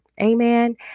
Amen